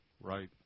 Right